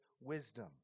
wisdom